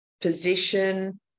position